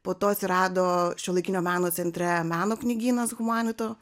po to atsirado šiuolaikinio meno centre meno knygynas humanito